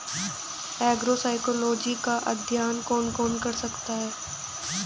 Agroecology का अध्ययन कौन कौन कर सकता है?